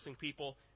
people